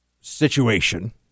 situation